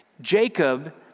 Jacob